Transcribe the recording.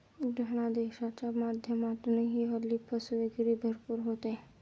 धनादेशाच्या माध्यमातूनही हल्ली फसवेगिरी भरपूर होते